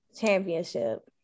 Championship